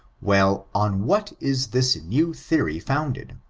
well, on what is this new theory founded?